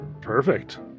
Perfect